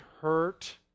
hurt